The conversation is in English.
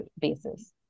basis